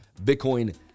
Bitcoin